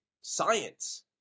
science